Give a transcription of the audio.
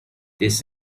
this